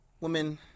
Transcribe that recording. women